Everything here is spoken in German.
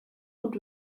und